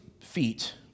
feet